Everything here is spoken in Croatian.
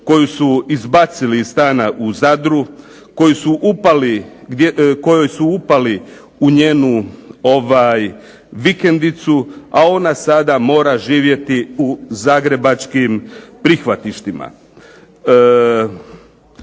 koju su izbacili iz stana u Zadru, kojoj su upali u njenu vikendicu, a ona sada mora živjeti u zagrebačkim prihvatištima.